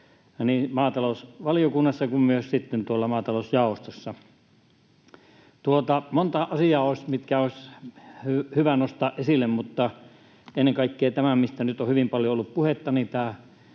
maatalousvaliokunnassa kuin myös sitten tuolla maatalousjaostossa. Monta asiaa olisi, mitkä olisi hyvä nostaa esille, mutta ennen kaikkea tämä, mistä nyt on hyvin paljon